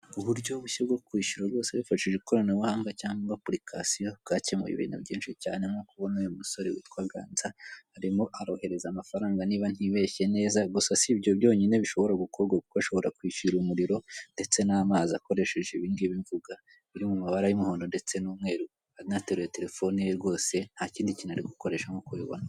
Uburyo bushya bwo kwishyura wifashishije ikoranabuhanga cyangwa apurikasiyo bwakemuye ibintu byinshi cyane nkuko ubona uyu musore witwa ganza arimo arohereza amafaranga niba ntibeshye neza, gusa sibyo byonyine bishobora gukorwa kuko ashobora kwishyura umuriro ndetse n'amazi akoresheje ibindi bivugagwa biri mu mabara y'umuhondo ndetse n'umweru, anateruye telefone ye rwose nta kindi kintu ari gukoresha nkuko ubibona.